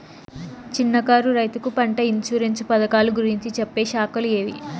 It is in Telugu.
చిన్న కారు రైతుకు పంట ఇన్సూరెన్సు పథకాలు గురించి చెప్పే శాఖలు ఏవి?